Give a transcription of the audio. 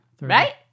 Right